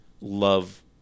love